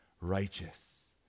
righteous